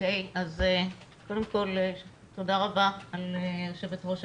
תודה רבה היו"ר,